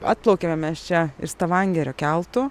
atplaukėme mes čia iš stavangerio keltu